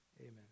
Amen